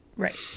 Right